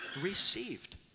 received